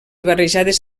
barrejades